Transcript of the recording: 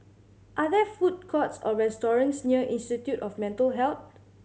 are there food courts or restaurants near Institute of Mental Health